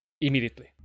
immediately